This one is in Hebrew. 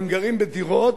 הם גרים בדירות,